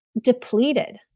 depleted